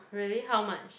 really how much